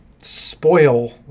spoil